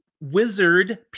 wizard